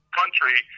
country